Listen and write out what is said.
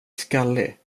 skallig